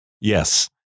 yes